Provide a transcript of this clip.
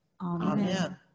Amen